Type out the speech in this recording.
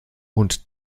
und